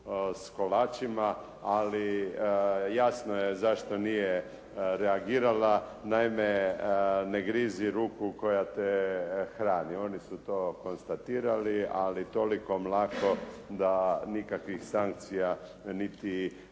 s kolačima ali jasno je zašto nije reagirala naime ne grizi ruku koja te hrani. Oni su to konstatirali ali toliko mlako da nikakvih sankcija niti